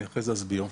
אני אחרי זה אסביר.